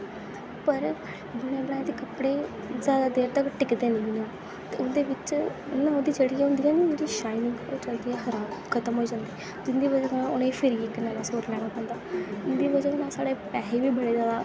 पर बने बनाए दे कपड़े जैदा देर तक्कर टिकदे नेईं ऐ ते उं'दे बिच मतलब ओह्दी जेह्ड़ी होंदी ना उं'दी शाइनिंग जल्दी गै खत्म होई जदी जेह्दी बजह कन्नै उ'नेंगी फिरियै इक नमां सूट लेना पौंदा उं'दी बजह कन्नै साढ़े पेसै बी बड़े जैदा